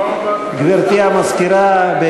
גברתי המזכירה,